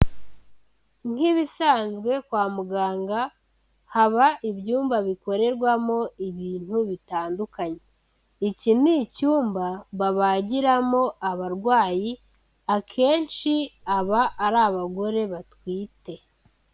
Nkibisanzwe kwa muganga haba ibyumba bikorerwamo ibintu bitandukanye, iki ni icyumba babagiramo abarwayi akenshi aba ari abagore batwite.